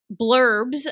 blurbs